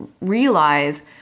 realize